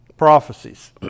prophecies